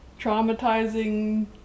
traumatizing